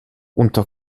unter